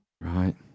Right